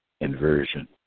inversion